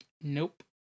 Nope